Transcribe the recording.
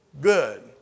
good